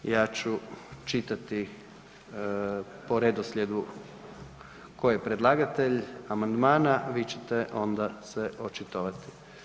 Ja ću čitati po redoslijedu tko je predlagatelj amandmana, a vi ćete se onda očitovati.